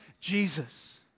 Jesus